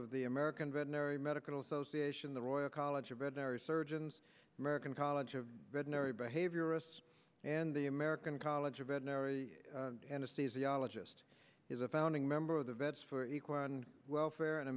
of the american veterinary medical association the royal college of veterinary surgeons american college of veterinary behaviorists and the american college of veterinary allergist is a founding member of the vets for equine welfare and a